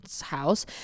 house